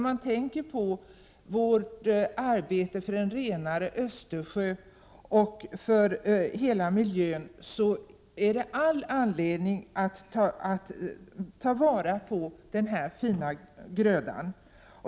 Med tanke på vårt arbete för en renare miljö i Östersjön och för miljön över huvud taget finns det all anledning att ta vara på denna fina gröda.